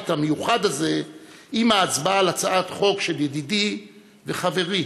המיוחד הזה עם ההצבעה על הצעת חוק של ידידי וחברי